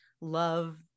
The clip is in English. love